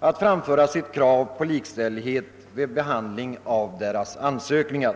kunna framföra krav på likställighet vid behandlingen av deras ansökningar.